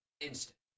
instant